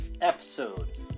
episode